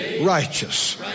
righteous